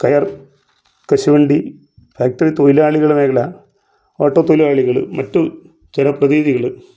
കയർ കശുവണ്ടി ഫാക്ട്രി തൊഴിലാളികളുടെ മേഖല ഓട്ടോ തൊഴിലാളികള് മറ്റ് ജന പ്രതിനിധികള്